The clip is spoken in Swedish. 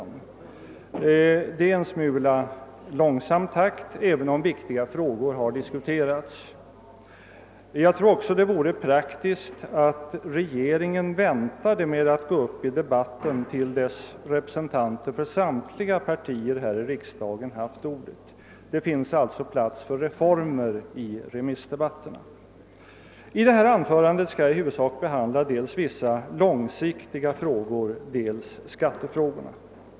Denna takt är en smula långsam även om viktiga frågor har diskuterats. Jag tror också att det vore praktiskt att regeringens representanter väntade med att gå upp i debatten till dess att representanter för samtliga partier här i riksdagen haft ordet. Det finns alltså plats för reformer av remissdebatten. I detta anförande skall jag huvudsakligen behandla dels vissa långsiktiga frågor, dels skattefrågorna.